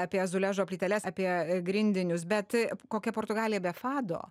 apie azuležo plyteles apie grindinius bet kokia portugalija be fado